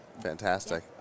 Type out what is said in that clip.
Fantastic